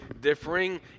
differing